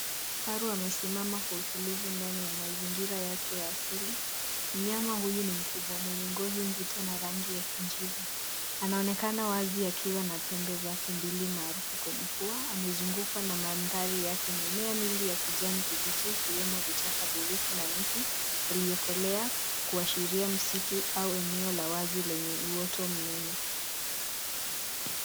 Kifaru amesimama kwa utulivu ndani ya mazingira yake ya asili. Mnyama huyu ni mkubwa mwenye ngozi nzito na rangi ya kijivu. Anaonekana wazi akiwa na pembe zake mbili maarufu kwenye fua. Amezungukwa na maandhari yake. Mimea mingi ya kijani kibichi vikiwemo vichaka virefu na miti yaliyokolea kuashiria msitu au eneo la wazi lenye uoto mnene.